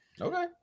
Okay